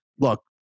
Look